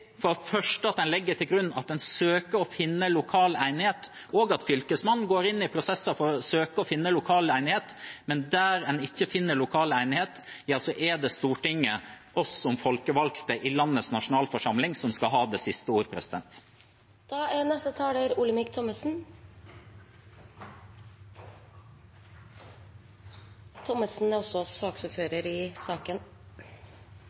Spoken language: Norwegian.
Det er viktig at en først legger til grunn at en søker å finne lokal enighet, og at Fylkesmannen går inn i prosesser for å søke å finne lokal enighet. Men der en ikke finner lokal enighet, er det Stortinget, vi som folkevalgte i landets nasjonalforsamling, som skal ha det siste